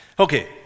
Okay